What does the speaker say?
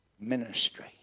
ministry